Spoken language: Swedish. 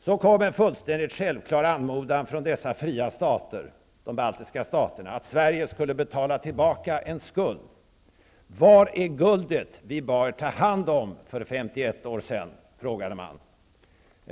Så kom en fullständigt självklar anmodan från dessa fria stater -- de baltiska staterna -- att Sverige skulle betala tillbaka en skuld. ''Var är guldet vi bad er ta hand om för 52 år sedan? '', frågade man.